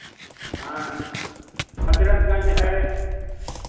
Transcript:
हाँ हज़रतगंज है